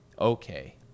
okay